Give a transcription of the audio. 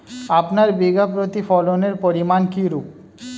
আপনার বিঘা প্রতি ফলনের পরিমান কীরূপ?